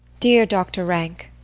dear doctor rank,